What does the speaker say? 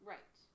Right